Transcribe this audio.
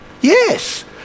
Yes